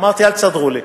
אמרתי: אל תסדרו לי.